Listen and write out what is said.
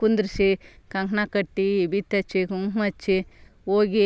ಕುಂದ್ರಿಸಿ ಕಂಕಣ ಕಟ್ಟಿ ವಿಭೂತಿ ಹಚ್ಚಿ ಕುಂಕುಮ ಹಚ್ಚಿ ಹೋಗಿ